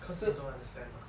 cause they don't understand mah